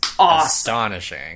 astonishing